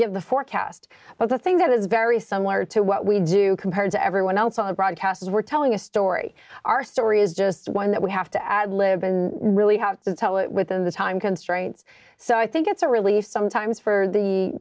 give the forecast but the thing that is very somewhere to what we do compared to everyone else on broadcast is we're telling a story our story is just one that we have to ad lib in really have to tell it within the time constraints so i think it's a relief sometimes for the